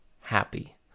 happy